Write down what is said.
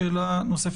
יש לך שאלה נוספת?